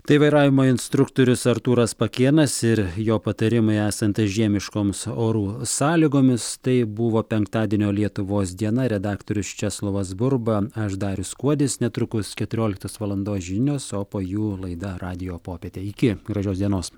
tai vairavimo instruktorius artūras pakėnas ir jo patarimai esant žiemiškoms orų sąlygomis tai buvo penktadienio lietuvos diena redaktorius česlovas burba aš darius kuodis netrukus keturioliktos valandos žinios o po jų laida radijo popietė iki gražios dienos